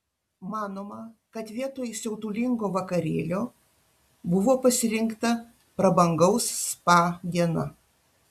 manoma kad vietoj siautulingo vakarėlio buvo pasirinkta prabangaus spa diena